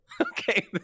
Okay